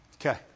Okay